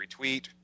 retweet